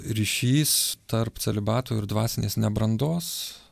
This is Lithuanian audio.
ryšys tarp celibato ir dvasinės nebrandos